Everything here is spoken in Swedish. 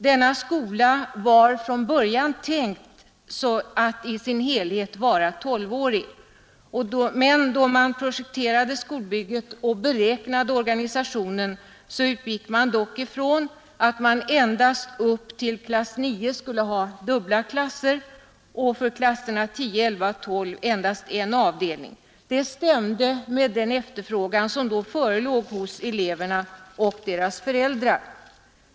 Denna skola var från början tänkt att i sin helhet vara 12-årig, men då man projekterade skolbygget och beräknade organisationen utgick man ifrån att det skulle vara dubbla klasser upp till klass 9 men för klasserna 10, 11 och 12 endast en avdelning. Det stämde med den efterfrågan som då förelåg hos eleverna och deras föräldrar.